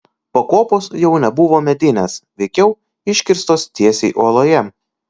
pakopos jau nebuvo medinės veikiau iškirstos tiesiai uoloje